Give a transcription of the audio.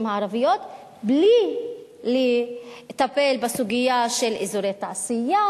הערביות בלי לטפל בסוגיה של אזורי תעשייה,